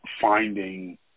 finding